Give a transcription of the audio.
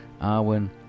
Arwen